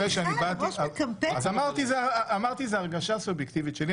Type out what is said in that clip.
זאת הרגשה סובייקטיבית שלי.